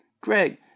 Greg